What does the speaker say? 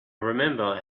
remember